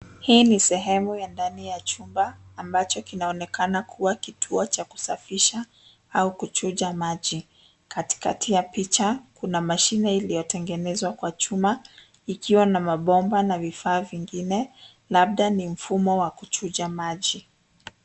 Hii ni sehemu ya ndani ya chumba, ambacho kinaonekana kuwa kituo cha kusafisha au kuchuja maji. Katikati ya picha, kuna mashine iliyotengenezwa kwa chuma, ikiwa na mabomba na vifaa vingine, labda ni mfumo wa kuchuja maji.